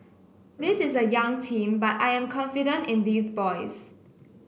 this is a young team but I am confident in these boys